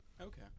Okay